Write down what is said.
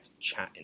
chatting